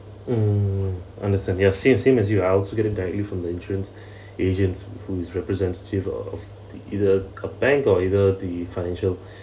mm understand ya same same as you I also get it directly from the insurance agents whose representative of the either a bank or either the financial